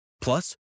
Plus